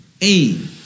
aim